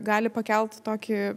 gali pakelt tokį